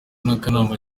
n’akanama